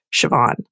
Siobhan